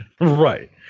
Right